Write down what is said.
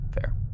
Fair